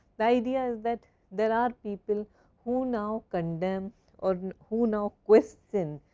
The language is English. the idea is that there are people who now condemn or and who now question